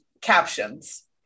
captions